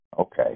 okay